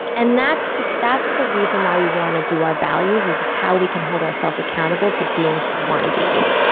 and that's the that's the reason why we want to do our values is it's how we can hold ourselves accountable to being who we want to be.